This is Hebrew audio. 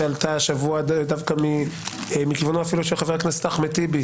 שעלתה השבוע דווקא מכיוונו של חבר הכנסת אחמד טיבי